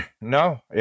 No